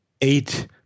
eight